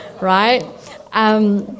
Right